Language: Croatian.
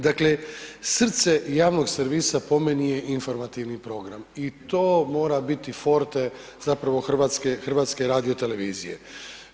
Dakle, srce javnog servisa po meni je informativni program i to mora biti forte zapravo HRT-a.